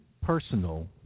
personal